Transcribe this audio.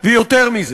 ויותר מזה.